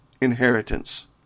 inheritance